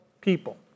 people